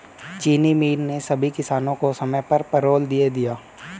चीनी मिल ने सभी किसानों को समय पर पैरोल दे दिया